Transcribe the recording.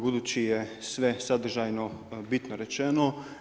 Budući da je sve sadržajno bitno rečeno.